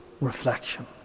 reflection